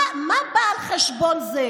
מה בא על חשבון מה?